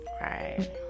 Right